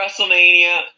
WrestleMania